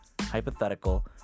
hypothetical